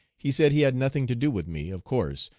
he said he had nothing to do with me, of course,